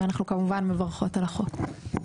ואנחנו כמובן מברכות על החוק.